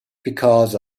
because